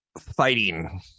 fighting